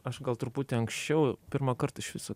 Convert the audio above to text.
aš gal truputį anksčiau pirmą kartą iš viso